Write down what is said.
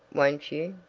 won't you?